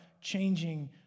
changing